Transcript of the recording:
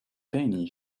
penny